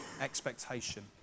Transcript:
expectation